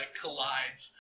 collides